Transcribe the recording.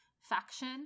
faction